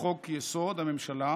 לחוק-יסוד: הממשלה,